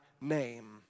name